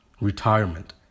retirement